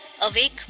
Awake